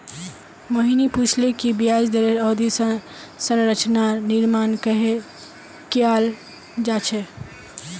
मोहिनी पूछले कि ब्याज दरेर अवधि संरचनार निर्माण कँहे कियाल जा छे